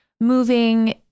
moving